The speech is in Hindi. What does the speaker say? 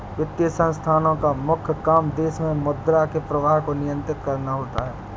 वित्तीय संस्थानोँ का मुख्य काम देश मे मुद्रा के प्रवाह को नियंत्रित करना होता है